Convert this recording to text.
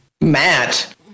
matt